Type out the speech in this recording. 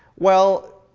well,